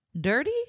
dirty